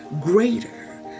greater